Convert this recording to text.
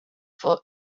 for